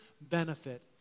benefit